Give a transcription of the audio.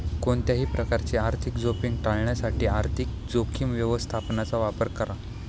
कोणत्याही प्रकारची आर्थिक जोखीम टाळण्यासाठी आर्थिक जोखीम व्यवस्थापनाचा वापर करा